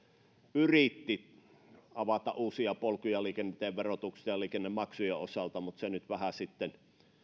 yritti avata uusia polkuja liikenteen verotuksen ja liikennemaksujen osalta mutta se homma nyt vähän sitten